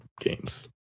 games